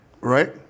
right